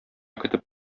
көтеп